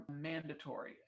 mandatory